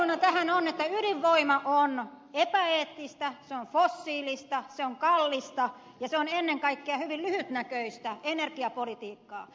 perusteluna tähän on että ydinvoima on epäeettistä se on fossiilista se on kallista ja se on ennen kaikkea hyvin lyhytnäköistä energiapolitiikkaa